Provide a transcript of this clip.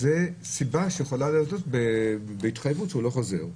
זאת סיבה שיכולה לעזור בהתחייבות שהוא לא חוזר.